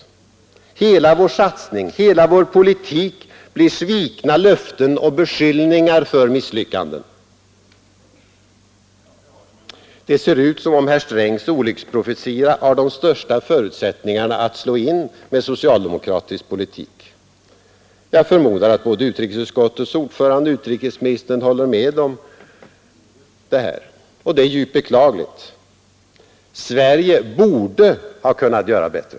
Hela vår satsning, hela vår politik blir svikna löften och beskyllningar för misslyckanden.” Det ser ut som om herr Strängs olycksprofetia har de största förutsättningarna att slå in med socialdemokratisk politik. Jag förmodar att både utrikesutskottets ordförande och utrikesministern håller med om detta. Det är i så fall djupt beklagligt. Sverige borde ha kunnat göra bättre.